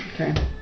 Okay